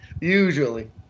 Usually